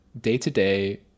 day-to-day